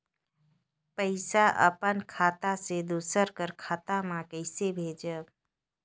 पइसा अपन खाता से दूसर कर खाता म कइसे भेजब?